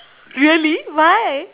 really why